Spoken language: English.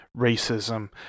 racism